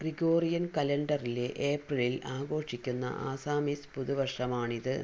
Gregorian കലണ്ടറിലെ ഏപ്രിലിൽ ആഘോഷിക്കുന്ന ആസാമിസ് പുതു വർഷമാണിത്